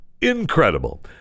incredible